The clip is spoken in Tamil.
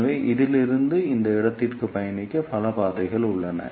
எனவே இதிலிருந்து இந்த இடத்திற்கு பயணிக்க பல பாதைகள் உள்ளன